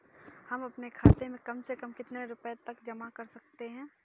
हम अपने खाते में कम से कम कितने रुपये तक जमा कर सकते हैं?